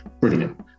brilliant